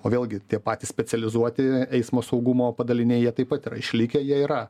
o vėlgi tie patys specializuoti eismo saugumo padaliniai jie taip pat yra išlikę jie yra